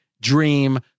dream